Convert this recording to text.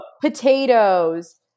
potatoes